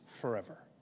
forever